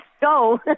go